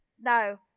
No